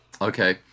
Okay